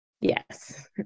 Yes